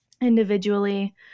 individually